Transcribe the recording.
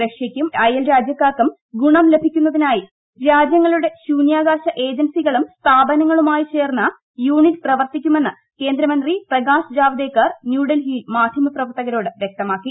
റഷ്യക്കും അയൽരാജ്യക്കാർക്കും ഗുണം ലഭിക്കുന്നതിനായി രാജ്യങ്ങളുടെ ശൂന്യാകാശ ഏജൻസികളും സ്ഥാപനങ്ങളുമായി ചേർന്ന് യൂണിറ്റ് പ്രവർത്തിക്കുമെന്ന് കേന്ദ്രമന്ത്രി പ്രകാശ് ജാവദേക്കർ ന്യൂസ്ത്ര്ഹിയിൽ മാധ്യമപ്രവർത്തകരോട് വ്യക്തമാക്കി